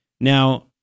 Now